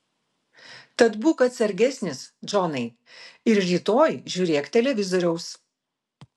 tad būk atsargesnis džonai ir rytoj žiūrėk televizoriaus